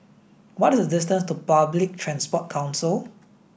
what is the distance to Public Transport Council